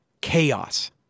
chaos